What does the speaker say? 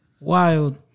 Wild